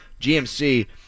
GMC